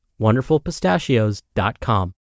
wonderfulpistachios.com